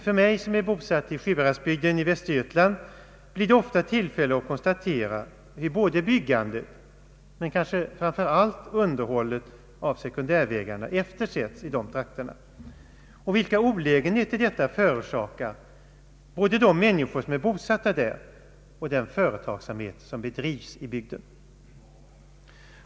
För mig som är bosatt i Sjuhäradsbygden i Västergötland blir det ofta tillfälle att konstatera hur både byggandet och kanske framför allt underhållet av sekundärvägarna i de trakterna eftersatts och vilka olägenheter detta förorsakar både de människor som är bosatta där och den företagsamhet de bedriver.